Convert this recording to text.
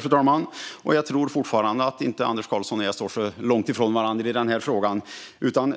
Fru talman! Jag tror fortfarande att jag och Anders Karlsson inte är så långt ifrån varandra i denna fråga.